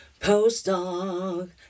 Postdoc